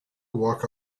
walk